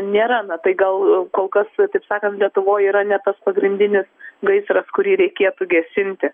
nėra na tai gal kol kas taip sakant lietuvoj yra ne tas pagrindinis gaisras kurį reikėtų gesinti